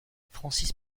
francis